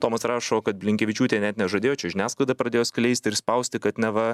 tomas rašo kad blinkevičiūtė net nežadėjo čia žiniasklaida pradėjo skleisti ir spausti kad neva